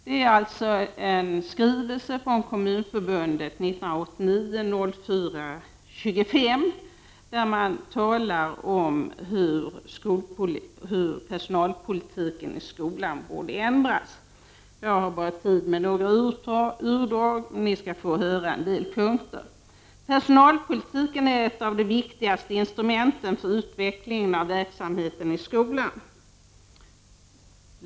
Jag har här en skrivelse från Kommunförbundet daterad den 25 april 1989. Där talar man om hur personalpolitiken i skolan borde ändras. Jag har bara tid att läsa några utdrag — ni skall få höra en del punkter: — Personalpolitiken är ett av de viktigaste instrumenten för utvecklingen av verksamheten i skolan.